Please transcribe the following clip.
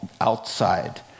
outside